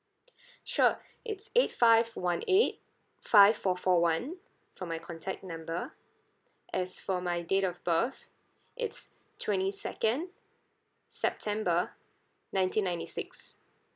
sure it's eight five one eight five four four one for my contact number as for my date of birth it's twenty second september nineteen ninety six